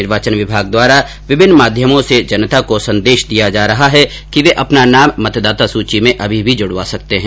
निर्वाचन विभाग द्वारा विभिन्न माध्यमों से जनता को संदेश दिया जा रहा है कि वे अपना नाम मतदाता सूची में अभी भी जुड़वा सकते हैं